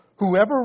Whoever